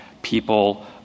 people